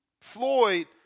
Floyd